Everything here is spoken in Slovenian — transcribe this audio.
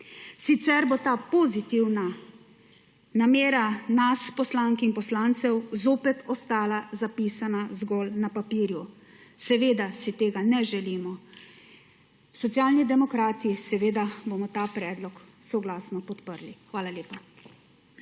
Sicer bo ta pozitivna namera nas poslank in poslancev zopet ostala zapisana zgolj na papirju, seveda si tega ne želimo. Socialni demokrati seveda bomo ta predlog soglasno podprli. Hvala lepa.